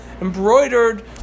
embroidered